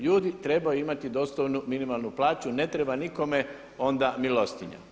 Ljudi trebaju imati dostojnu minimalnu plaću ne treba nikome onda milostinja.